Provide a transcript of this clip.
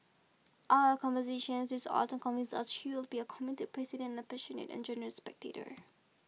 our conversations this autumn convince us she will be a committed president and passionate and generous spectator